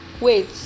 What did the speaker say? wait